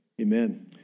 Amen